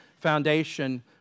foundation